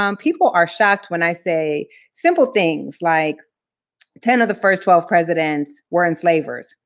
um people are shocked when i say simple things like ten of the first twelve presidents were enslavers.